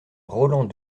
roland